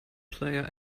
player